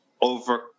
over